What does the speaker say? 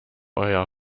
euer